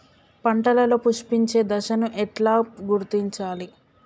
పంటలలో పుష్పించే దశను ఎట్లా గుర్తించాలి?